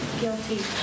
guilty